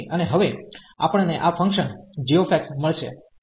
અને હવે આપણ ને આ ફંકશન g મળશે